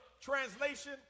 translation